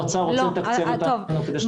משרד האוצר רוצה לתקצב --- מוריס,